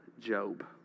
Job